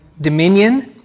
dominion